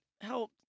help